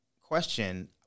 question